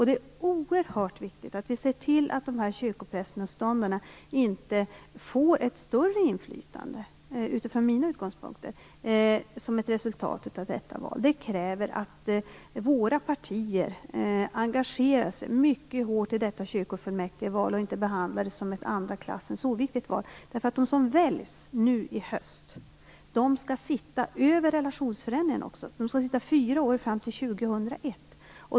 Det är oerhört viktigt att vi, sett från mina utgångspunkter, ser till att kyrkoprästmotståndarna inte får ett större inflytande som ett resultat av detta val. Det kräver att våra partier engagerar sig mycket hårt i detta kyrkofullmäktigeval och inte behandlar det som ett andra klassens oviktigt val. De som väljs nu i höst skall nämligen sitta över relationsförändringen också. De skall sitta i fyra år, fram till år 2001.